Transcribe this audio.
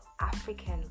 African